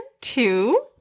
two